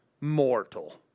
mortal